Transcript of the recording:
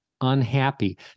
unhappy